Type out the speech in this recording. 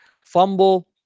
Fumble